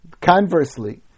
conversely